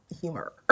humor